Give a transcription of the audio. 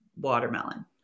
watermelon